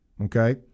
okay